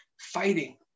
fighting